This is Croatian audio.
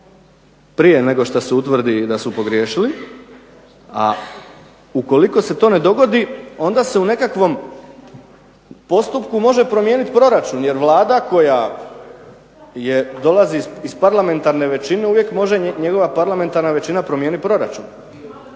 prije nego šta se utvrdi da su pogriješili, a ukoliko se to ne dogodi onda se u nekakvom postupku može promijeniti proračun, jer Vlada koja je dolazi iz parlamentarne većine, uvijek može njegova parlamentarna većina promijeniti proračun,